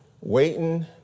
waiting